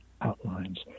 outlines